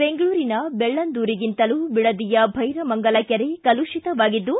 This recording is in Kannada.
ಬೆಂಗಳೂರಿನ ಬೆಳ್ಳಂದೂರಿಗಿಂತಲೂ ಬಿಡದಿಯ ಭೈರಮಂಗಲ ಕೆರೆ ಕಲುಷಿತವಾಗಿದ್ದು